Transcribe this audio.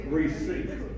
receive